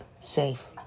safe